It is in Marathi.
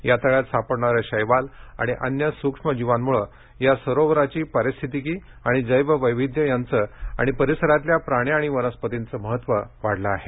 या तळ्यात सापडणारे शैवाल आणि अन्य सूक्ष्म जीवांमुळे या सरोवराची परिस्थितीक आणि जैववैविध्य यांचं आणि परिसरातील प्राणी आणि वनस्पतींचं महत्व वाढलं आहे